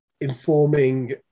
informing